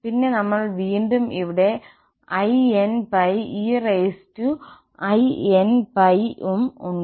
പിന്നെ നമ്മൾ വീണ്ടും ഇവിടെ inπ einπ ഉം ഉണ്ട്